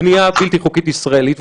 לבנייה בלתי חוקית ישראלית,